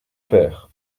père